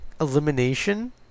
elimination